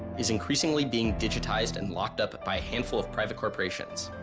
is increasingly being digitized and locked up by a handful of private corporations.